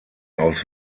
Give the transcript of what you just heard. aus